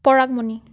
Paragmoni